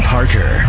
Parker